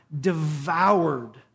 devoured